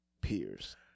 peers